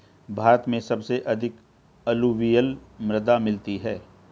भारत में सबसे अधिक अलूवियल मृदा मिलती है